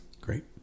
Great